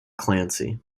clancy